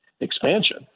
expansion